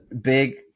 big